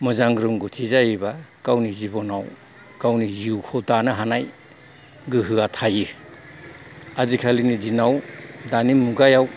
मोजां रोंगथि जायोबा गावनि जिबनाव गावनि जिउखौ दानो हानाय गोहोआ थायो आजिखालिनि दिनाव दानि मुगायाव